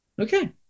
Okay